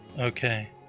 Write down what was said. Okay